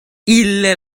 ille